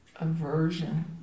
aversion